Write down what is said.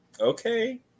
Okay